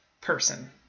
person